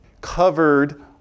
covered